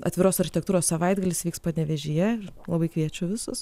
atviros architektūros savaitgalis vyks panevėžyje labai kviečiu visus